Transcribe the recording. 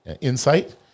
insight